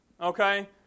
Okay